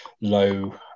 low